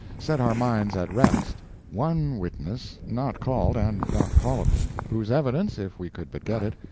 set our minds at rest one witness, not called, and not callable, whose evidence, if we could but get it,